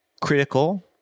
critical